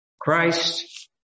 Christ